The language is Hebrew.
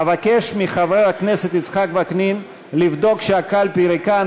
אבקש מחבר הכנסת יצחק וקנין לבדוק אם הקלפי ריקה.